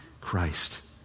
Christ